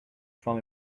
from